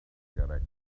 character